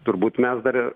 turbūt mes dar ir